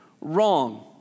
wrong